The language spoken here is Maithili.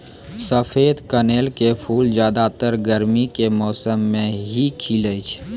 सफेद कनेल के फूल ज्यादातर गर्मी के मौसम मॅ ही खिलै छै